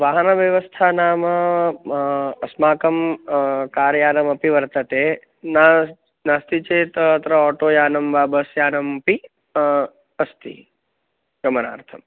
वाहनव्यवस्था नाम अस्माकं कार्यानमपि वर्तते नास् नास्ति चेत् तत्र ओटो यानं वा बस् यानम् अपि अस्ति गमनार्थं